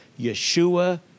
Yeshua